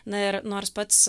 na ir nors pats